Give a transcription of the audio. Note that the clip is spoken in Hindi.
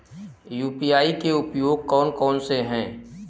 यू.पी.आई के उपयोग कौन कौन से हैं?